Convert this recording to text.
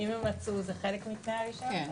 אם הם מצאו זה חלק מתנאי הרישיון שלו.